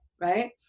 right